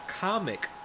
comic